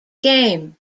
game